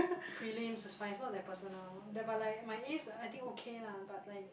prelims is fine is not that personal that but like my A's I think okay lah but like